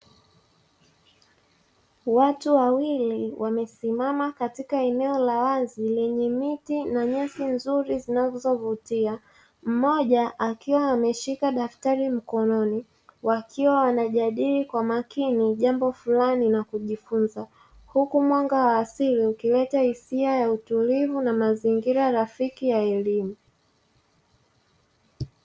Watu wawili wamesimama katika eneo la wazi lenye miti na nyasi nzuri zinazovutia mmoja akiwa ameshika daftari mkononi wakiwa wanajadili kwa makini jambo fulani na kujifunza huku mwanga wa asili ukileta hisia ya utulivu na mazingira rafiki ya elimu.